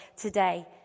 today